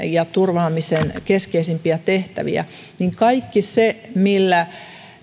ja turvaamisen keskeisimpiä tehtäviä että kaikki se millä